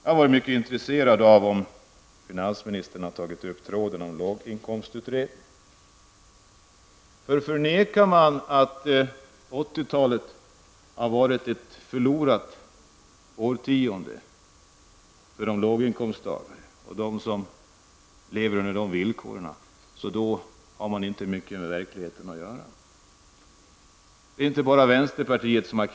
Jag har varit mycket intresserad av hur finansministern tog upp tråden om låginkomstutredningen. Förnekar man att 1980 talet har varit ett förlorat årtionde för låginkomsttagarna, då har man inte mycket med verkligheten att göra. Vänsterpartiet står inte ensamt med sina krav.